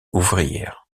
ouvrière